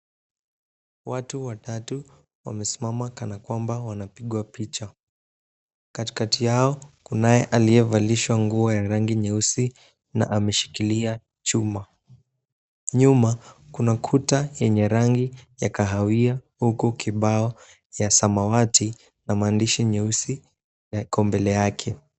Watu watatu wamesimama kana kwamba wanapigwa picha. Katikati yao kuna aliyevalishwa nguo ya rangi nyeusi na ameshikilia chuma. Nyuma kuna kuta yenye rangi ya kahawia huku kibao ya samawati na maandishi nyeusi yako mbele yake.